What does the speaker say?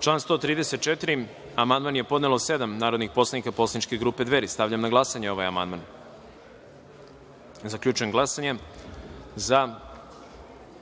član 21. amandman je podnelo sedam narodnih poslanika poslaničke grupe Dveri. Stavljam na glasanje ovaj amandman. Zaključujem glasanje